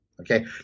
Okay